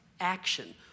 action